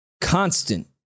constant